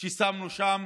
ששמנו שם